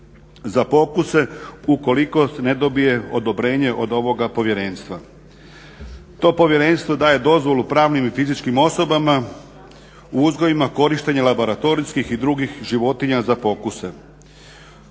za pokuse ukoliko ne dobije odobrenje od ovoga povjerenstva. To povjerenstvo daje dozvolu pravnim i fizičkim osobama u uzgojima korištenja laboratorijskih i drugih životinja za pokuse.